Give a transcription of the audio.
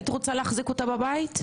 היית רוצה להחזיק אותה בבית?